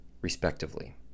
respectively